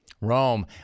Rome